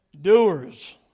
doers